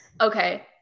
Okay